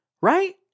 Right